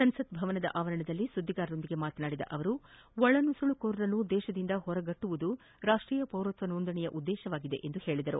ಸಂಸತ್ ಹೊರಗೆ ಸುದ್ಗಿಗಾರರೊಂದಿಗೆ ಮಾತನಾಡಿದ ಅವರು ಒಳನುಸುಳುಕೋರರನ್ನು ದೇಶದಿಂದ ಹೊರಗಟ್ಲುವುದು ರಾಷ್ಷೀಯ ಪೌರತ್ವ ನೋಂದಣಿ ಉದ್ದೇಶವಾಗಿದೆ ಎಂದರು